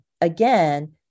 again